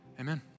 Amen